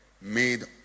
Made